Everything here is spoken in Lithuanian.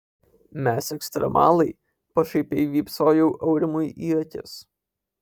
mes ekstremalai pašaipiai vypsojau aurimui į akis